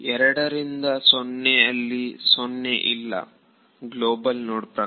2 ಇಂದ 0 ಅಲ್ಲಿ 0 ಇಲ್ಲ ಗ್ಲೋಬಲ್ ನೋಡ್ ಪ್ರಕಾರ